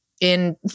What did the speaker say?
in-